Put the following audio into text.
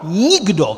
Nikdo!